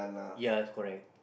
ya it's correct